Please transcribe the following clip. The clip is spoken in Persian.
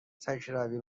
تکروی